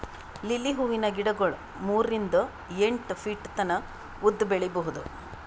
lily ಹೂವಿನ ಗಿಡಗೊಳ್ ಮೂರಿಂದ್ ಎಂಟ್ ಫೀಟ್ ತನ ಉದ್ದ್ ಬೆಳಿಬಹುದ್